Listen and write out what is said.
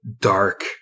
Dark